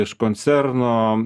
iš koncerno